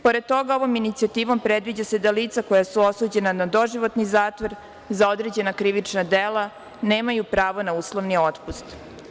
Pored toga, ovom inicijativom predviđa se da lica koja su osuđena na doživotni zatvor za određena krivična dela nemaju pravo na uslovni otpust.